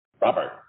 Robert